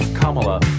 Kamala